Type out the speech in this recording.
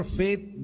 faith